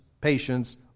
patience